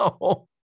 No